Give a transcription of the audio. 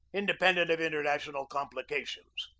independent of international complications.